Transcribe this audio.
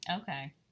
Okay